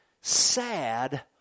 sad